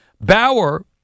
Bauer